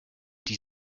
die